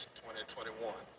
2021